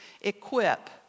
equip